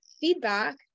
feedback